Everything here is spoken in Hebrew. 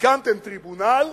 הקמתם טריבונל,